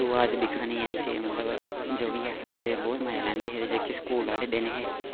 अज्ज दिक्खा ने ऐसे मतलब जो बी ऐ हा बहुत मजा लैंदे हे इत्थै स्कूल आह्ले दिन हे ओह्